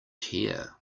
here